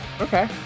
Okay